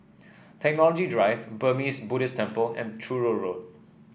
Technology Drive Burmese Buddhist Temple and Truro Road